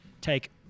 take